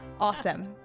Awesome